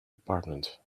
apartment